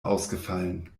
ausgefallen